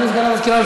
אדוני סגן המזכירה,